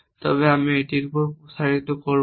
তবে আমি এটির উপর প্রসারিত করব না